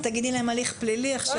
ואם תגידי להם הליך פלילי --- ברור.